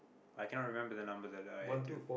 I can't remember the number that I took